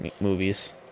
movies